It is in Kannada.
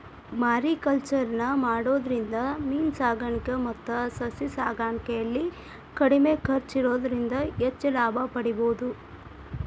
ಮಾರಿಕಲ್ಚರ್ ನ ಮಾಡೋದ್ರಿಂದ ಮೇನ ಸಾಕಾಣಿಕೆ ಮತ್ತ ಸಸಿ ಸಾಕಾಣಿಕೆಯಲ್ಲಿ ಕಡಿಮೆ ಖರ್ಚ್ ಇರೋದ್ರಿಂದ ಹೆಚ್ಚ್ ಲಾಭ ಪಡೇಬೋದು